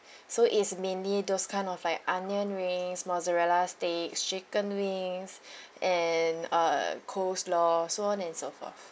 so it's mainly those kind of like onion rings mozzarella stick chicken wings and uh coleslaw so on and so forth